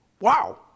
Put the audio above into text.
Wow